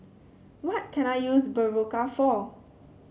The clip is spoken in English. what can I use Berocca for